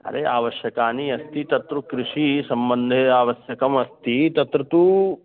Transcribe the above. अरे आवश्यकानि अस्ति तत्र कृषिसम्बन्धे आवश्यकमस्ति तत्र तु